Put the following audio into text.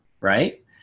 right